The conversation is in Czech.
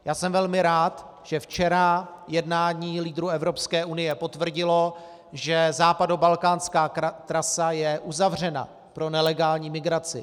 Já jsem velmi rád, že včera jednání lídrů Evropské unie potvrdilo, že západobalkánská trasa je uzavřena pro nelegální migraci.